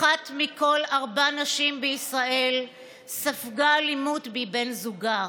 אחת מכל ארבע נשים בישראל ספגה אלימות מבן זוגה.